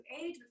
age